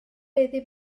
iddi